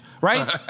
Right